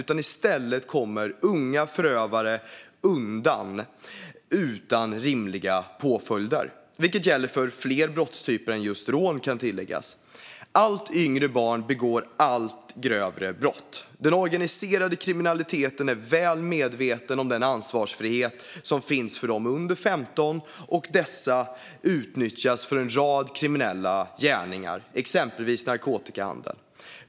I stället kommer unga förövare undan utan rimliga påföljder - vilket gäller för fler brottstyper än just rån, kan tilläggas. Allt yngre barn begår allt grövre brott. Den organiserade kriminaliteten är väl medveten om den ansvarsfrihet som finns för dem under 15, och dessa utnyttjas för en rad kriminella gärningar, exempelvis narkotikahandel.